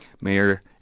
Mayor